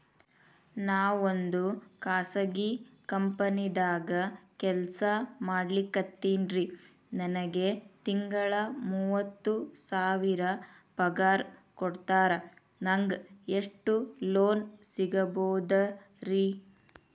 ನಾವೊಂದು ಖಾಸಗಿ ಕಂಪನಿದಾಗ ಕೆಲ್ಸ ಮಾಡ್ಲಿಕತ್ತಿನ್ರಿ, ನನಗೆ ತಿಂಗಳ ಮೂವತ್ತು ಸಾವಿರ ಪಗಾರ್ ಕೊಡ್ತಾರ, ನಂಗ್ ಎಷ್ಟು ಲೋನ್ ಸಿಗಬೋದ ರಿ?